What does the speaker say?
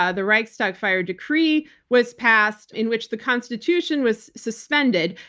ah the reichstag fire decree was passed in which the constitution was suspended.